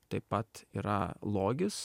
taip pat yra logis